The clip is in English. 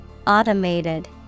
Automated